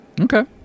okay